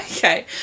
Okay